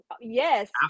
yes